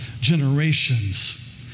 generations